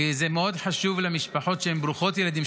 כי זה מאוד חשוב למשפחות שהן ברוכות ילדים,